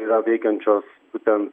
yra veikiančios būten